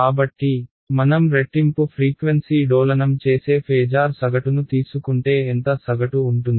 కాబట్టి మనం రెట్టింపు ఫ్రీక్వెన్సీ డోలనం చేసే ఫేజార్ సగటును తీసుకుంటే ఎంత సగటు ఉంటుంది